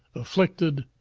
afflicted,